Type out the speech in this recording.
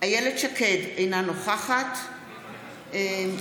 איילת שקד, אינה נוכחת כן.